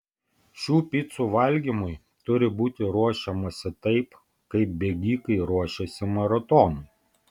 šių picų valgymui turi būti ruošiamasi taip kaip bėgikai ruošiasi maratonui